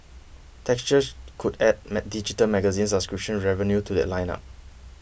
textures could add digital magazine subscription revenue to that lineup